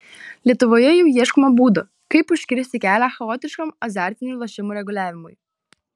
lietuvoje jau ieškoma būdų kaip užkirsti kelią chaotiškam azartinių lošimų reguliavimui